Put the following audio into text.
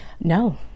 No